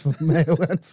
male